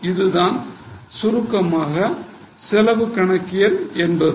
இது தான் சுருக்கமாக செலவு கணக்கியல் என்பது